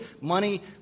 money